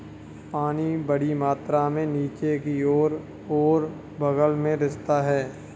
पानी बड़ी मात्रा में नीचे की ओर और बग़ल में रिसता है